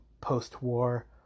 post-war